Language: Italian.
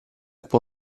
può